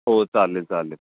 हो चालेल चालेल